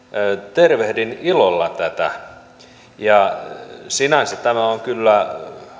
tervehdin ilolla tätä sinänsä on kyllä